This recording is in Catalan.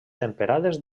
temperades